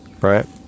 Right